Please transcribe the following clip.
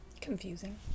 confusing